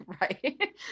right